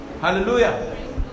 Hallelujah